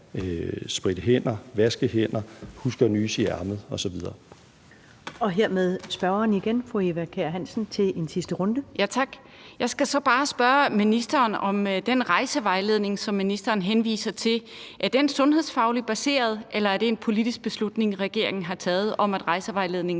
Første næstformand (Karen Ellemann): Hermed er det spørgeren igen. Fru Eva Kjer Hansen til en sidste runde. Kl. 13:47 Eva Kjer Hansen (V): Tak. Jeg skal så bare spørge ministeren, om den rejsevejledning, som ministeren henviser til, er sundhedsfagligt baseret, eller om det er en politisk beslutning, regeringen har taget, om, at rejsevejledningen